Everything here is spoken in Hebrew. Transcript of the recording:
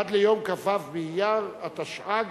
עד ליום כ"ו באייר התשע"ג,